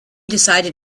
decided